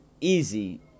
easy